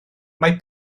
mae